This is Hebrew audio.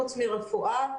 חוץ מרפואה,